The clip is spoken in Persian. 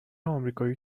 آمریکایی